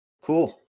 Cool